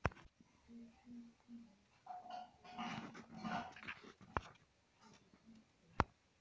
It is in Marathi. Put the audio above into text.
कोणकोणत्या योजना शेतकरी लोकांसाठी आहेत?